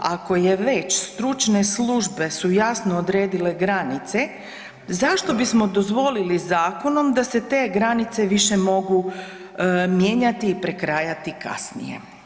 Ako je već, stručne službe su jasno odredile granice zašto bismo dozvolili zakonom da se te granice više mogu mijenjati i prekrajati kasnije?